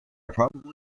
probably